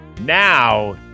Now